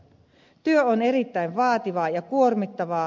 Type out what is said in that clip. työ on erittäin vaativaa ja kuormittavaa